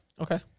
Okay